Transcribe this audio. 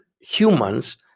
humans